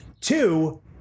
Two